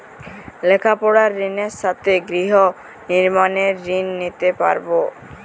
লেখাপড়ার ঋণের সাথে গৃহ নির্মাণের ঋণ নিতে পারব?